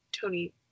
Tony